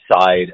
side